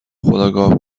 خودآگاه